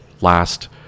last